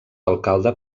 alcalde